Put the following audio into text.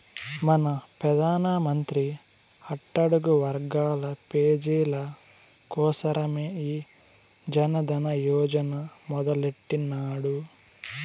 మన పెదానమంత్రి అట్టడుగు వర్గాల పేజీల కోసరమే ఈ జనదన యోజన మొదలెట్టిన్నాడు